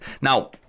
Now